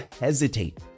hesitate